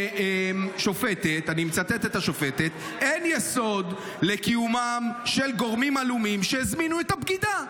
השופטת: אין יסוד לקיומם של גורמים עלומים שהזמינו את הבגידה.